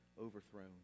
overthrown